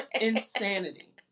Insanity